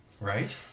Right